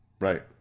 Right